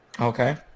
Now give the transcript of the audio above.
Okay